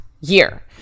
year